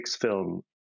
film